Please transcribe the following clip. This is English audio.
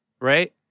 right